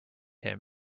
him